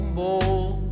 bold